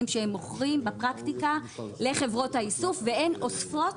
שהם מוכרים בפרקטיקה לחברות האיסוף והן אוספות